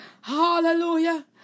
Hallelujah